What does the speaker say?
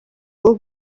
uwo